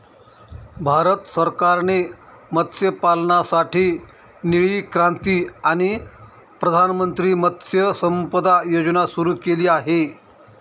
भारत सरकारने मत्स्यपालनासाठी निळी क्रांती आणि प्रधानमंत्री मत्स्य संपदा योजना सुरू केली आहे